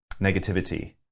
negativity